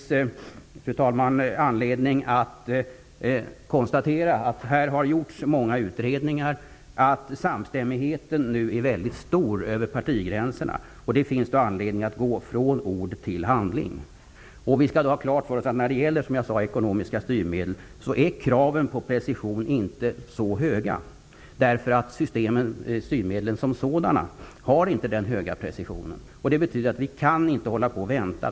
Det finns anledning att konstatera att det här har gjorts många utredningar och att samstämmigheten över partigränserna nu är mycket stor. Det finns anledning att gå från ord till handling. Vi skall då ha klart för oss att kraven på precision inte är så höga när det gäller ekonomiska styrmedel, därför att styrmedlen som sådana inte har någon hög precision. Det betyder att vi inte kan vänta.